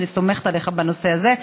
ואני סומכת עליך בנושא הזה.